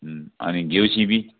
अनि घिउ सिँबी